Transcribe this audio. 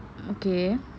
okay